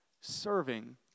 serving